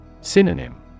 Synonym